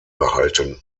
behalten